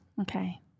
Okay